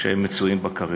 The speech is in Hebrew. שהם מצויים בה כעת.